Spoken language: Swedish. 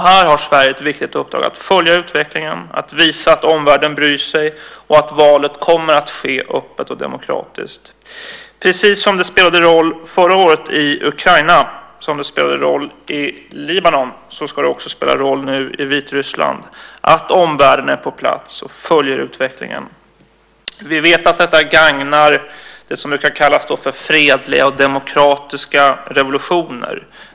Här har Sverige ett viktigt uppdrag att följa utvecklingen, att visa att omvärlden bryr sig och att valet kommer att ske öppet och demokratiskt. Precis som det spelade roll förra året i Ukraina och som det spelade roll i Libanon, ska det också spela roll nu i Vitryssland att omvärlden är på plats och följer utvecklingen. Vi vet att detta gagnar det som brukar kallas för fredliga och demokratiska revolutioner.